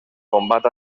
combat